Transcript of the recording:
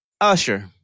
Usher